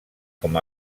com